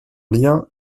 lien